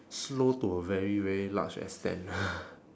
slow to a very very large extent